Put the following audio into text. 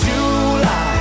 July